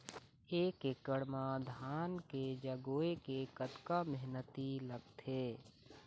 एक एकड़ म धान के जगोए के कतका मेहनती लगथे?